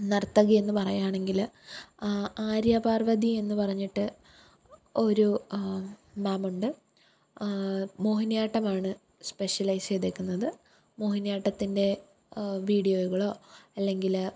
നര്ത്തകിയെന്ന് പറയുകയാണെങ്കിൽ ആ ആര്യ പാര്വ്വതി എന്നു പറഞ്ഞിട്ട് ഒരു മാമുണ്ട് മോഹിനിയാട്ടമാണ് സ്പെഷ്യലൈസ് ചെയ്തിരിക്കുന്നത് മോഹിനിയാട്ടത്തിന്റെ വീഡിയോകളൊ അല്ലെങ്കിൽ